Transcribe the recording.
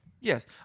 Yes